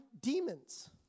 demons